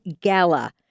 Gala